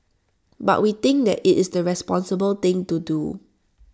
but we think that IT is the responsible thing to do